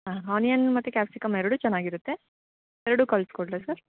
ಹಾಂ ಆನಿಯನ್ ಮತ್ತು ಕ್ಯಾಪ್ಸಿಕಮ್ ಎರಡೂ ಚೆನ್ನಾಗಿರುತ್ತೆ ಎರಡು ಕಳ್ಸಿ ಕೊಡ್ಲಾ ಸರ್